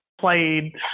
played